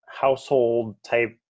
household-type